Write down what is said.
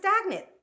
stagnant